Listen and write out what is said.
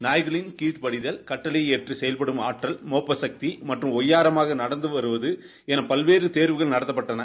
நாய்களின் கீழபடிதல் கட்டளையை ஏற்று செயல்படும் ஆற்றல் மோப்ப சக்தி மற்றம் ஒய்யாரமாக நடந்து வருவது என பல்வேறு தேர்வுகள் நடத்தப்பட்டன